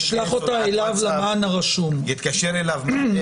הוא מפחד מעיכוב שבית המשפט יאמר: נקבע דיון.